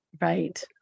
right